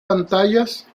pantallas